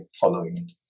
following